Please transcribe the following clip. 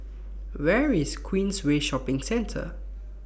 Where IS Queensway Shopping Center